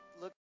look